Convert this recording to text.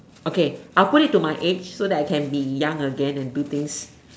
okay I will put it to my aids so I can be young again to do things